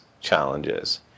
challenges